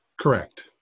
Correct